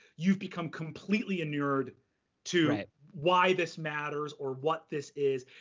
you've become completely inured to why this matters or what this is.